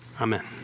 amen